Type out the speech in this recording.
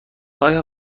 آیا